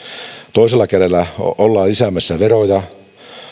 toisella kädellä ollaan lisäämässä veroja